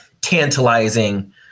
tantalizing